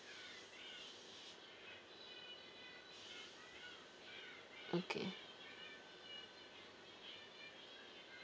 okay